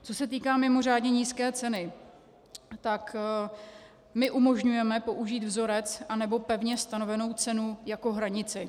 Co se týká mimořádně nízké ceny, tak my umožňujeme použít vzorec a nebo pevně stanovenou cenu jako hranici.